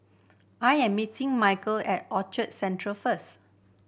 I am meeting at Orchard Central first